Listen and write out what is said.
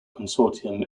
consortium